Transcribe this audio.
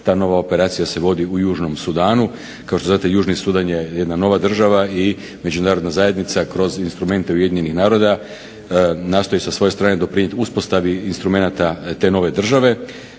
Ta nova operacija se vodi u Južnom Sudanu. Kao što znate Južni Sudan je jedna nova država i Međunarodna zajednica kroz instrumente UN-a nastoji sa svoje strane doprinijeti uspostavi instrumenata te nove države.